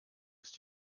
ist